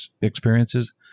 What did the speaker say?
experiences